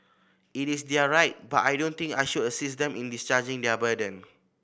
it is their right but I don't think I should assist them in discharging their burden